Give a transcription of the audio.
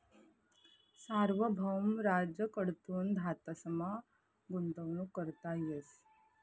सार्वभौम राज्य कडथून धातसमा गुंतवणूक करता येस